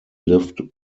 lived